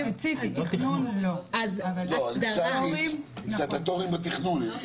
סטטוטוריים --- סטטוטוריים בתכנון.